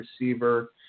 receiver